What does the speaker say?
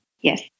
Yes